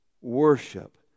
Worship